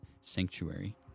sanctuary